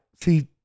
See